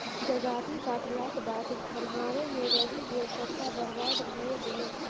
जजाति काटलाक बाद खम्हारे मे रहि गेल सभटा बरबाद भए गेलै